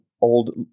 old